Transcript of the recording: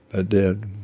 ah did